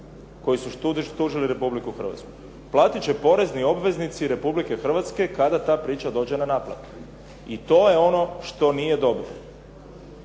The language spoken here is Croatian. koji su tužili Republiku Hrvatsku. Platit će porezni obveznici Republike Hrvatske kada ta priča dođe na naplatu i to je ono što nije dobro.